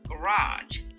garage